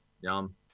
Yum